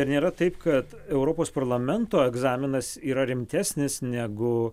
ar nėra taip kad europos parlamento egzaminas yra rimtesnis negu